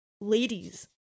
ladies